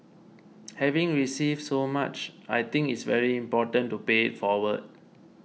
having received so much I think it's very important to pay it forward